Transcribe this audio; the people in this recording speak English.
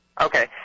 Okay